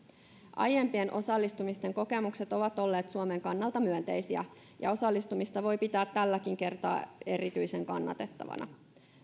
aiempien osallistumisten kokemukset ovat olleet suomen kannalta myönteisiä ja osallistumista voi pitää tälläkin kertaa erityisen kannatettavana